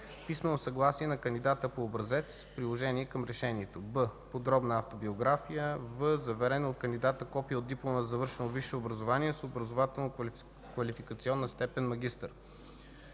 писмено съгласие на кандидата по образец – приложение към решението; б) подробна автобиография; в) заверено от кандидата копие от диплома за завършено висше образование с образователно-квалификационна степен „магистър”;